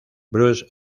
bruce